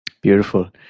Beautiful